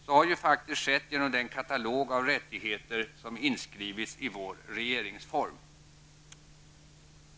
Så har faktisk skett genom den katalog av rättigheter som inskrivits i vår regeringsform.